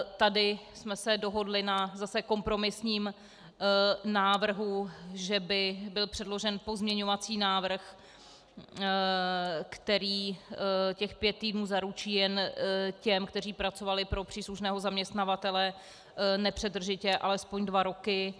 Tady jsme se dohodli zase na kompromisním návrhu, že by byl předložen pozměňovací návrh, který těch pět týdnů zaručí jen těm, kteří pracovali pro příslušného zaměstnavatele nepřetržitě alespoň dva roky.